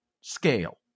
scale